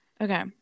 Okay